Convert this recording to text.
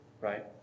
right